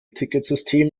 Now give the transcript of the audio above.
ticketsystem